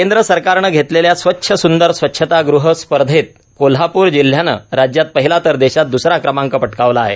केंद्र सरकारनं घेतलेल्या थ्स्वच्छ सुंदर स्वच्छतागृह स्पर्धेतू कोल्हापूर जिल्ह्यानं राज्यात पहिला तर देशात दुसरा क्रमांक पटकावला आहे